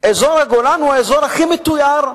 אזור הגולן הוא הכי מתויר,